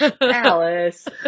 Alice